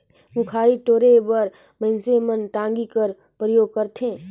मुखारी टोरे बर मइनसे मन टागी कर परियोग करथे